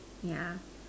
yeah